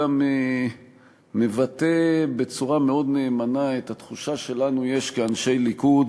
גם מבטא בצורה מאוד נאמנה את התחושה שיש לנו כאנשי ליכוד,